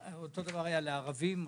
אותו הדבר היה לגבי ערבים,